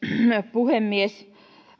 puhemies